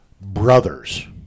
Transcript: brothers